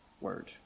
word